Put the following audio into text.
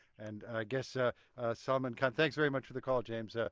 and guess, ah salman khan, thanks very much for the call, james, ah